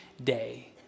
day